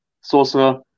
sorcerer